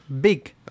Big